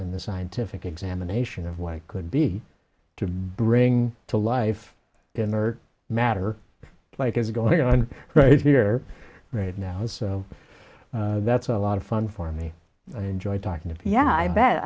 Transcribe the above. in the scientific examination of what could be to bring to life in the matter what is going on right here right now so that's a lot of fun for me i enjoy talking to yeah i bet